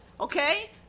okay